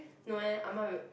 no eh I'm not